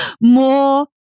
more